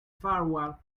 farewell